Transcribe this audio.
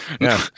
no